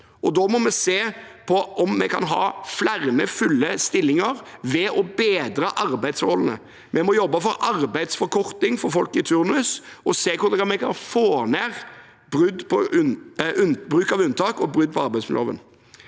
da må vi se på om vi kan ha flere fulle stillinger ved å bedre arbeidsforholdene. Vi må jobbe for arbeidsforkorting for folk i turnus og se hvordan vi kan få ned bruk av unntak og brudd på arbeidsmiljøloven.